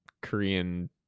Korean